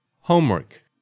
homework